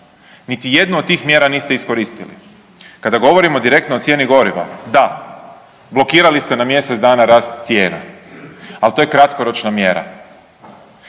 Niti jednu od tih mjera niste iskoristili. Kada govorimo direktno o cijeni goriva, da, blokirali ste na mjesec dana rast cijena, ali to je kratkoročna mjera.